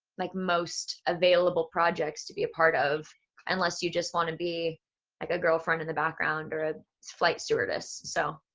like most available projects to be a part of unless you just want to be like a girlfriend in the background, or a flight stewardess so,